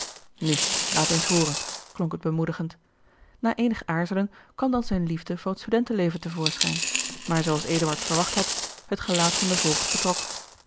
nu laat eens hooren klonk het bemoedigend na eenig aarzelen kwam dan zijne liefde voor het studentenleven te voorschijn maar zoo als eduard verwacht had het gelaat van den voogd betrok